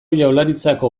jaurlaritzako